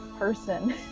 person